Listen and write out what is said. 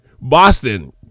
Boston